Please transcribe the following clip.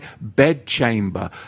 bedchamber